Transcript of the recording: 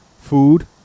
food